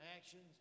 actions